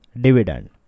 dividend